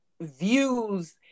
views